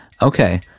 Okay